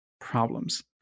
problems